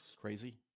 Crazy